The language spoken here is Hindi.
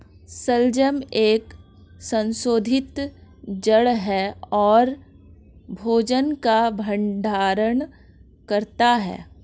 शलजम एक संशोधित जड़ है और भोजन का भंडारण करता है